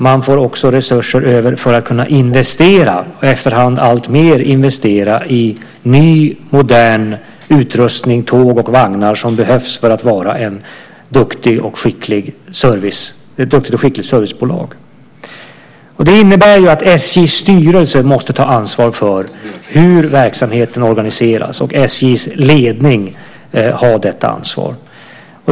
Man får också resurser över för att kunna investera och efterhand alltmer investera i ny modern utrustning, tåg och vagnar, som behövs för att SJ ska vara ett duktigt och skickligt servicebolag. Det innebär att SJ:s styrelse måste ta ansvar för hur verksamheten organiseras. Och SJ:s ledning har detta ansvar.